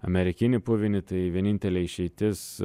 amerikinį puvinį tai vienintelė išeitis